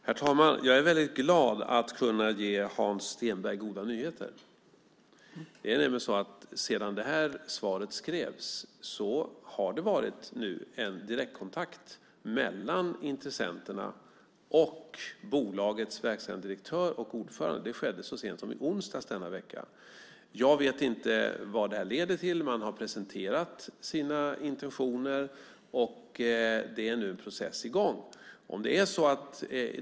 Herr talman! Jag är väldigt glad att kunna ge Hans Stenberg goda nyheter. Det är nämligen så att det sedan svaret skrevs har varit en direktkontakt mellan intressenterna och bolagets verkställande direktör och ordförande. Det skedde så sent som i onsdags denna vecka. Jag vet inte vad detta leder till, men man har presenterat sina intentioner, och en process är nu i gång.